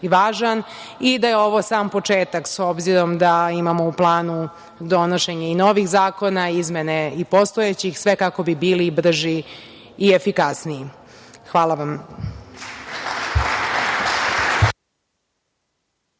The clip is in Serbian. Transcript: važan i da je ovo sam početak, obzirom da imamo u planu donošenje i novih zakona, izmene i postojećih, sve kako bi bili brži i efikasniji. Hvala vam.